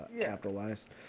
capitalized